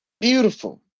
Beautiful